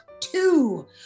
two